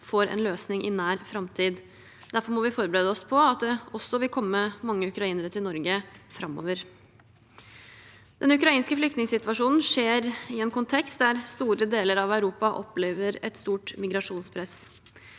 får en løsning i nær framtid. Derfor må vi forbere de oss på at det vil komme mange ukrainere til Norge også i tiden framover. Den ukrainske flyktningsituasjonen skjer i en kontekst der store deler av Europa opplever et stort migrasjonspress.